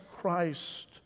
Christ